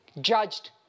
judged